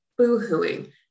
boohooing